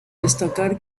destacar